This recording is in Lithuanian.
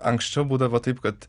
anksčiau būdavo taip kad